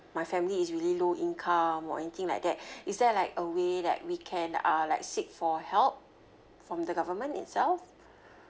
my family is really low income or anything like that is there like a way that we can uh like seek for help from the government itself